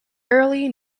early